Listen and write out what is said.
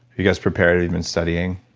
you guys prepared have you been studying?